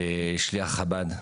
ושליח חב"ד,